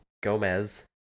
Gomez